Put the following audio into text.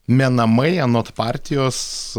menamai anot partijos